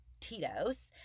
Tito's